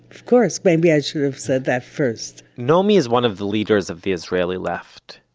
of course, maybe i should have said that first naomi is one of the leaders of the israeli left.